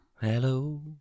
hello